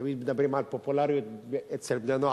תמיד מדברים על פופולריות אצל בני-נוער,